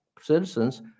citizens